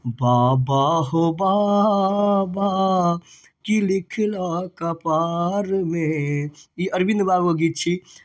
बाबा हौ बाबा कि लिखलऽ कपारमे ई अरविन्द बाबूके गीत छी